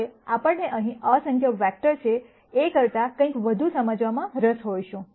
હવે આપણને અહીં અસંખ્ય વેક્ટર છે એ કરતાં કંઈક વધુ સમજવામાં રસ હોઈશું